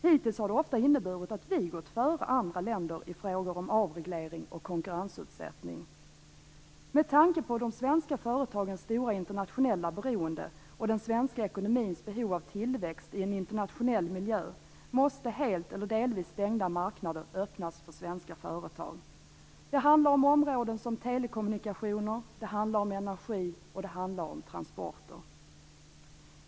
Hittills har det ofta inneburit att vi gått före andra länder i frågor om avreglering och konkurrensutsättning. Med tanke på de svenska företagens stora internationella beroende och den svenska ekonomins behov av tillväxt i en internationell miljö, måste helt eller delvis stängda marknader öppnas för svenska företag. Det handlar om områden som telekommunikationer, energi och transporter.